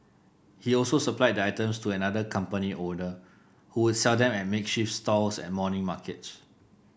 he also supplied the items to another company owner who would sell them at makeshift stalls at morning markets